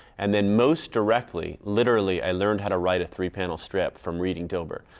and then most directly, literally, i learned how to write a three panel strip from reading delbert,